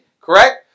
Correct